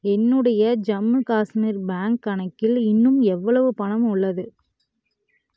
என்னுடைய ஜம்மு காஷ்மீர் பேங்க் கணக்கில் இன்னும் எவ்வளவு பணம் உள்ளது